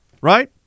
right